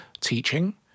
teaching